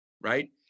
right